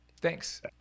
thanks